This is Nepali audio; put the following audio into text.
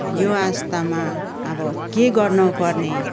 युवावस्थामा अब के गर्नु पर्ने